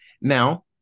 Now